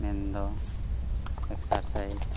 ᱢᱮᱱᱫᱚ ᱮᱠᱥᱟᱨᱥᱟᱭᱤᱡᱽ